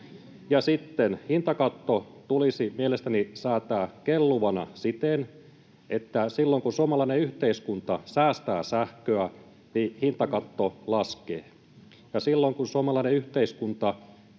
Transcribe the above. näin!] Hintakatto tulisi mielestäni säätää kelluvana siten, että silloin kun suomalainen yhteiskunta säästää sähköä, niin hintakatto laskee,